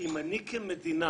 אני כמדינה